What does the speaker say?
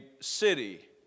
city